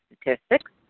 statistics